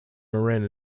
marin